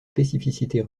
spécificités